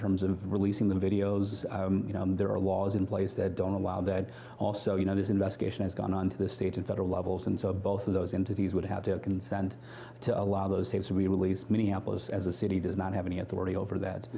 terms of releasing the videos you know there are laws in place that don't allow that also you know this investigation has gone on to the state and federal levels and so both of those interviews would have to consent to allow those tapes to be released minneapolis as a city does not have any authority over that